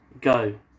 go